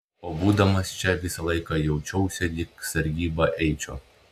o būdamas čia visą laiką jaučiausi lyg sargybą eičiau